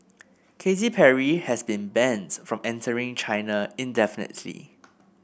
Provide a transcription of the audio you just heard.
Katy Perry has been banned from entering China indefinitely